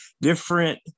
different